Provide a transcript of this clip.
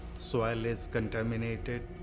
soil is contaminated.